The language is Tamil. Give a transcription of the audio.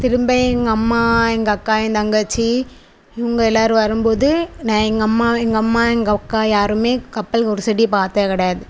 திரும்ப எங்கள் அம்மா எங்கள் அக்கா என் தங்கச்சி இவங்க எல்லாரும் வரும் போது நான் எங்கள் அம்மா எங்கள் அம்மா எங்கள் அக்கா யாருமே கப்பல் குருசடியை பார்த்தது கிடையாது